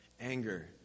anger